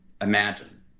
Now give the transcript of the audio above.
imagine